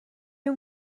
اون